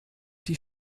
die